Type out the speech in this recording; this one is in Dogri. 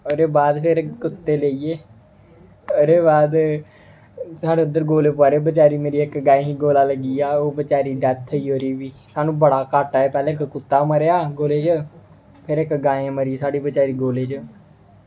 ओह्दे बाद फिर कुत्ते लेइयै ओह्दे बाद साढ़े उद्धर गोले पोआ दे बचारी मेरी इक गाए गी इक गोला लग्गी गेआ ओह् बचैरी डेथ होई ओह्दी बी सानूं बड़ा घाटा होया पैह्लें इक कुत्ता मरेआ गोलें च फिर इक गाएं मरी बचैरी साढ़ी गोलें च